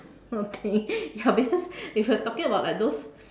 okay ya because it's uh talking about like those